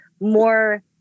more